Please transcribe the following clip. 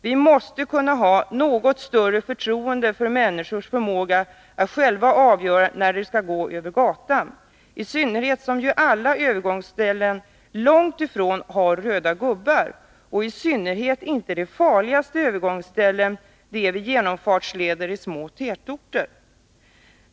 Vi måste kunna ha något större förtroende för människors förmåga att själva avgöra när de skall gå över gatan, i synnerhet som ju långt ifrån alla övergångsställen har röda gubbar. Det har i synnerhet inte de farligaste övergångsställena — de vid genomfartslederna i små tätorter.